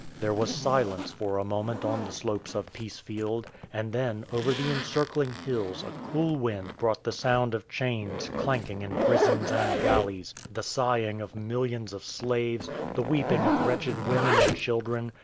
there was silence for a moment on the slopes of peacefield, and then over the encircling hills a cool wind brought the sound of chains clanking in prisons and galleys, the sighing of millions of slaves, the weeping of wretched women and children,